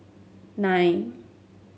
nine